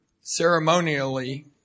ceremonially